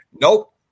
nope